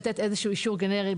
לתת איזה שהוא אישור גנרי,